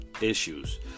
issues